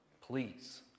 Please